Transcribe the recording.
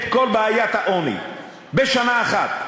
את כל בעיית העוני בשנה אחת,